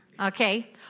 okay